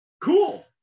cool